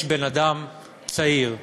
יש בן-אדם צעיר,